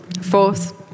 fourth